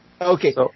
Okay